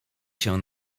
się